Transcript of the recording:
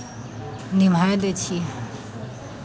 निमाहि दै छियै